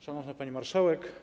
Szanowna Pani Marszałek!